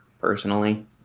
personally